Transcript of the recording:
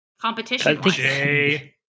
competition